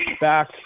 back